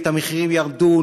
המחירים ירדו,